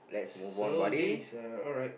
so this is uh alright